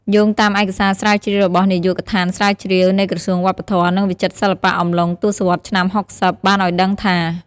យោងតាមឯកសារស្រាវជ្រាវរបស់នាយកដ្ឋានស្រាវជ្រាវ នៃក្រសួងវប្បធម៌ និងវិចិត្រសិល្បៈអំឡុងទសវត្សរ៍ឆ្នាំ៦០ បានឲ្យដឹងថា។